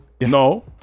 No